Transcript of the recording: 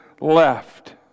left